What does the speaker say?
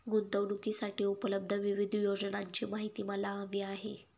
गुंतवणूकीसाठी उपलब्ध विविध योजनांची माहिती मला हवी आहे